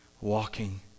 walking